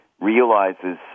realizes